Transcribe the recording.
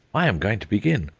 i am going to begin.